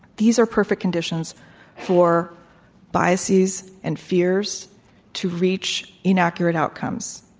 these are perfect conditions for biases and fears to reach inaccurate outcomes.